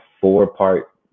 four-part